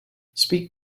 speak